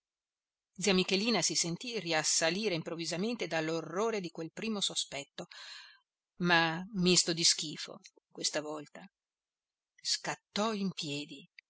zia michelina si sentì riassalire improvvisamente dall'orrore di quel primo sospetto ma misto di schifo questa volta scattò in piedi